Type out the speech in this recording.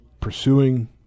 pursuing